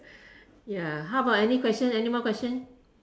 ya how about any questions any more questions